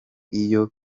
iyo